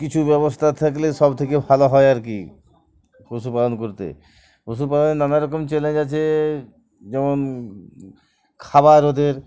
কিছু ব্যবস্থা থাকলে সবথেকে ভালো হয় আর কি পশুপালন করতে পশুপালনে নানারকম চ্যালেঞ্জ আছে যেমন খাবার ওদের